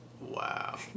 Wow